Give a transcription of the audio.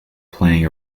playing